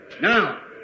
Now